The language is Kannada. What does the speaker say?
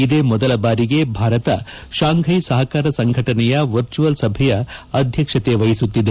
ಇದೇ ಮೊದಲ ಬಾರಿಗೆ ಭಾರತ ಶಾಂಘೈ ಸಹಕಾರ ಸಂಘಟನೆಯ ವರ್ಚುಯಲ್ ಸಭೆಯ ಅಧ್ಯಕ್ಷತೆಯನ್ನು ವಹಿಸುತ್ತಿದೆ